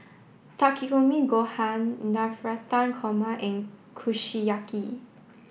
Takikomi Gohan Navratan Korma and Kushiyaki